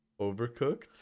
overcooked